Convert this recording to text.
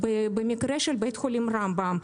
במקרה של בית חולים רמב"ם,